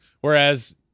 whereas